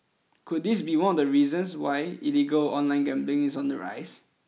could this be one of the reasons why illegal online gambling is on the rise